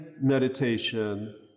meditation